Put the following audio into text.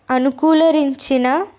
అనుకూలించిన